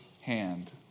hand